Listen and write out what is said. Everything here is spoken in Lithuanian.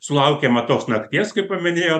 sulaukiama tos nakties kai paminėjo